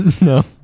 No